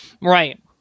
Right